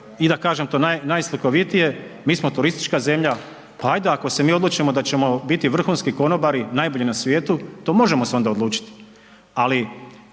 i da kažem, to najslikovitije, mi smo turistička zemlja, pa hajde, ako se mi odlučimo da ćemo biti vrhunski konobari, najbolji na svijetu to možemo se onda odlučiti,